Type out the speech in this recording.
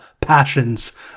passions